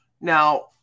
Now